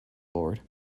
board